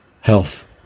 health